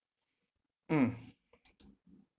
mm